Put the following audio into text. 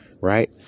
right